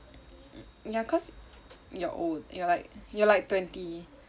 ya cause you're old you're like you're like twenty